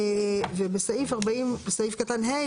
בסעיף קטן (ה),